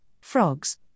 frogs